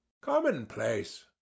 Commonplace